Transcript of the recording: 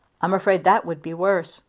i'm afraid that would be worse.